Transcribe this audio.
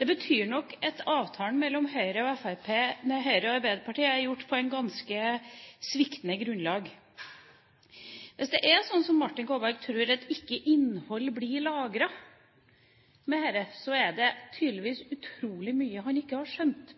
betyr det nok at avtalen mellom Høyre og Arbeiderpartiet er gjort på ganske sviktende grunnlag. Hvis det er sånn som Martin Kolberg tror, at ikke innhold blir lagret med dette, så er det tydeligvis utrolig mye han ikke har skjønt.